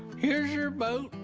here's your boat.